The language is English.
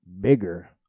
bigger